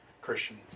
Christian